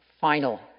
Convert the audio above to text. final